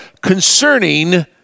concerning